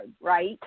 right